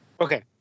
okay